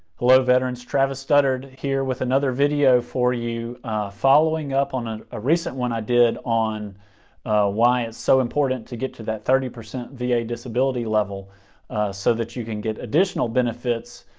hello veterans. travis studdard here with another video for you following up on a ah recent one i did on why it's so important to get to that thirty percent va disability level so that you can get additional benefits